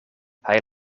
hij